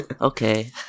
Okay